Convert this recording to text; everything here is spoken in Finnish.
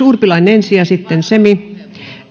urpilainen ja sitten semi